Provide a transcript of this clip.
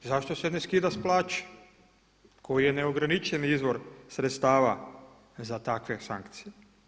Zašto se ne skida sa plaće koji je neograničen izvor sredstava za takve sankcije?